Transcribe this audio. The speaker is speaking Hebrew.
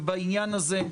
בעניין הזה,